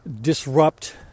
disrupt